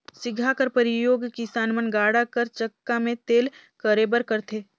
सिगहा कर परियोग किसान मन गाड़ा कर चक्का मे तेल करे बर करथे